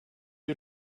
you